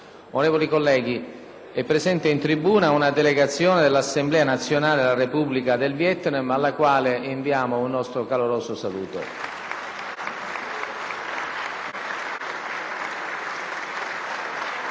Onorevoli colleghi, è presente in tribuna una delegazione dell'Assemblea nazionale della Repubblica del Vietnam, alla quale inviamo un nostro caloroso saluto.